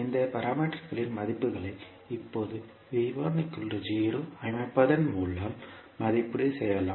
இந்த பாராமீட்டர்களின் மதிப்புகளை இப்போது அமைப்பதன் மூலம் மதிப்பீடு செய்யலாம்